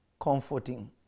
comforting